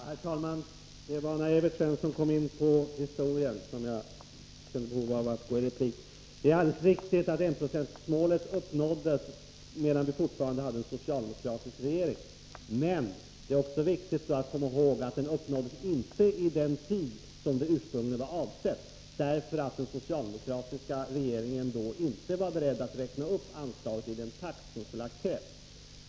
Herr talman! Det var när Evert Svensson kom in på historien som jag kände behov av att gå i replik. Det är alldeles riktigt att enprocentsmålet uppnåddes medan vi hade en socialdemokratisk regering, men det är också viktigt att komma ihåg att det inte uppnåddes på den tid som ursprungligen avsågs, eftersom den socialdemokratiska regeringen då inte var beredd att räkna upp anslaget i den takt som skulle ha krävts.